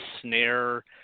snare